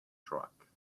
truck